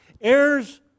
heirs